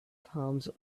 palms